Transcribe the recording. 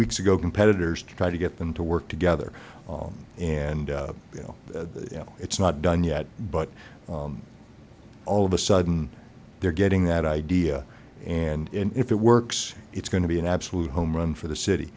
weeks ago competitors to try to get them to work together and you know it's not done yet but all of a sudden they're getting that idea and if it works it's going to be an absolute home run for the city